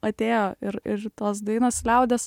atėjo ir ir tos dainos liaudies